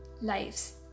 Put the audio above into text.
lives